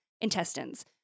intestines